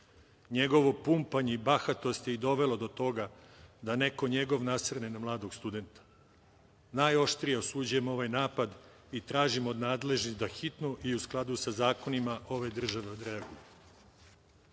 Njegovo pumpanje i bahatost je dovelo do toga da neko njegov nasrne na mladog studenta. Najoštrije osuđujem ovaj napad i tražim od nadležnih da hitno i u skladu sa zakonima ove države reaguju.U